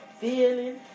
feeling